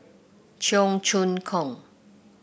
Cheong Choong Kong